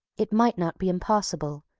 it might not be impossible,